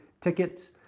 tickets